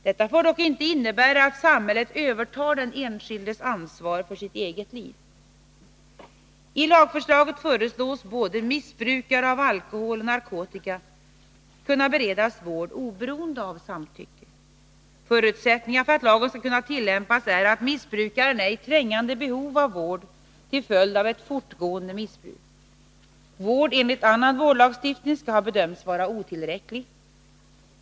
Detta får dock inte innebära att samhället övertar den enskildes ansvar för sitt eget liv. Tlagförslaget förordas att både missbrukare av alkohol och missbrukare av narkotika skall kunna beredas vård oberoende av samtycke. Förutsättningar för att lagen skall kunna tillämpas är att missbrukaren är i trängande behov av vård till följd av ett fortgående missbruk och att vård enligt annan vårdlagstiftning skall ha bedömts vara otillräcklig.